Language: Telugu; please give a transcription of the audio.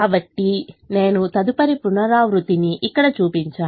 కాబట్టి నేను తదుపరి పునరావృత్తిని ఇక్కడ చూపించాను